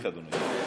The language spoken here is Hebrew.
תמשיך, אדוני.